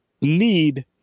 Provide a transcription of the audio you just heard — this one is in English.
need